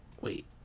Wait